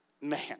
Man